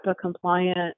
compliant